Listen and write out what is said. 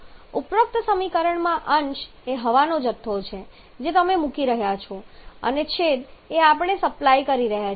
2 ઉપરોક્ત સમીકરણમાં અંશ એ હવાનો જથ્થો છે જે તમે મૂકી રહ્યા છો અને છેદ એ છે કે આપણે સપ્લાય કરી રહ્યા છીએ